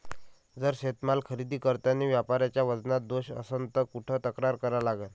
जर शेतीमाल खरेदी करतांनी व्यापाऱ्याच्या वजनात दोष असन त कुठ तक्रार करा लागन?